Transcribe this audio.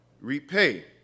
repay